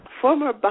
former